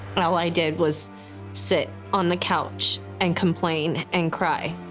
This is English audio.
all i did was sit on the couch and complain and cry.